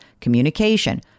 communication